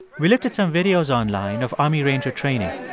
we looked at some videos online of army ranger training.